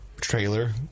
trailer